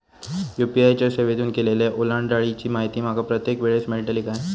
UPI च्या सेवेतून केलेल्या ओलांडाळीची माहिती माका प्रत्येक वेळेस मेलतळी काय?